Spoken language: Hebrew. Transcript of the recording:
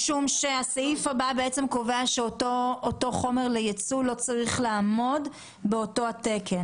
הסעיף הבא קובע שאותו חומר לייצוא לא צריך לעמוד באותו התקן.